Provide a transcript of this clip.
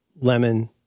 lemon